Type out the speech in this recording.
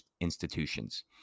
institutions